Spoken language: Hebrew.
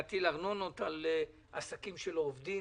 להטיל ארנונה על עסקים שלא עובדים.